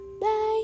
Bye